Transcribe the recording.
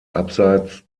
abseits